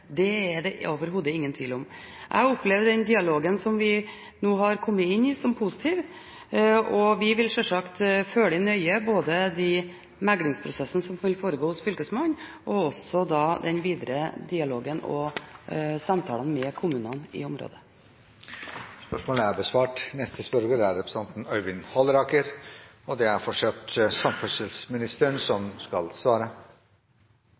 Det er det overhodet ingen tvil om. Jeg opplever den dialogen som vi nå har kommet inn i, som positiv, og vi vil selvsagt følge nøye både de meklingsprosessene som vil foregå hos Fylkesmannen og den videre dialogen og samtalene med kommunene i området. «Vi er på vei inn i julehøytiden. De siste dagene før julaften vet vi at det blir en reisekonsentrasjon hvor flyene er